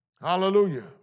Hallelujah